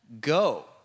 go